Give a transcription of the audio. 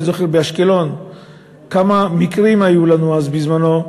אני זוכר כמה מקרים היו לנו אז בזמנו באשקלון,